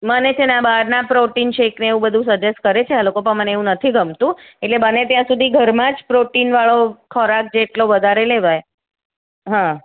મને છે ને બહારના પ્રોટીનશેકને એ બધું સજેસ્ટ કરે છે ને આ લોકો પણ મને એવું નથી ગમતું એટલે બને ત્યાં સુધી ઘરમાં જ પ્રોટીનવાળો ખોરાક જેટલો વધારે લેવાય હા